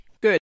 Good